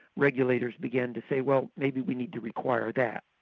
regulators began to say well maybe we need to require that,